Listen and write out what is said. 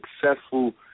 successful